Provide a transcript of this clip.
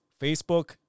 Facebook